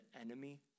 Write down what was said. enemy